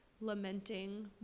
lamenting